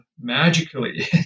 magically